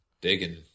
digging